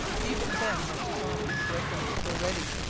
even then montcalm and his regulars were ready,